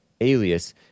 alias